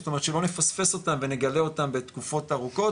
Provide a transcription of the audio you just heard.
זאת אומרת שלא נפספס אותם ונגלה אותם בתקופות ארוכות,